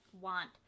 want